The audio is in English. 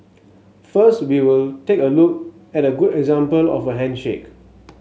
first we'll take a look at a good example of a handshake